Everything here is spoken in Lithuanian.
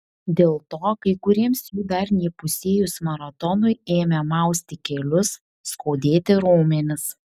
dėl to kai kuriems jų dar neįpusėjus maratonui ėmė mausti kelius skaudėti raumenis